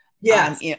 Yes